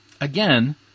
Again